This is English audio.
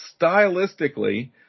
stylistically